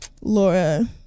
laura